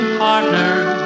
partners